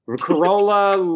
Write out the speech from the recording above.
Corolla